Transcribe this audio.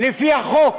לפי החוק.